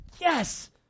yes